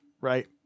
right